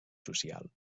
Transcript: social